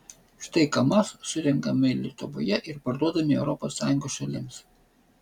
štai kamaz surenkami lietuvoje ir parduodami europos sąjungos šalims